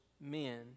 men